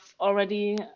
already